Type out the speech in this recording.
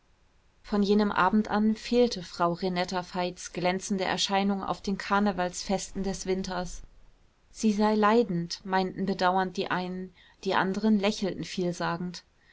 von jenem abend an fehlte frau renetta veits glänzende erscheinung auf den karnevalsfesten des winters sie sei leidend meinten bedauernd die einen die anderen lächelten vielsagend